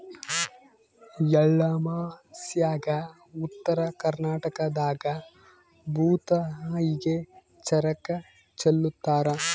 ಎಳ್ಳಮಾಸ್ಯಾಗ ಉತ್ತರ ಕರ್ನಾಟಕದಾಗ ಭೂತಾಯಿಗೆ ಚರಗ ಚೆಲ್ಲುತಾರ